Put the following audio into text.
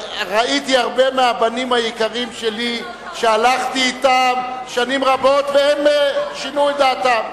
ראיתי הרבה מהבנים היקרים שלי שהלכתי אתם שנים רבות והם שינו את דעתם.